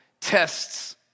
tests